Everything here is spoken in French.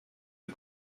ils